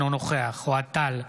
אינו נוכח אוהד טל,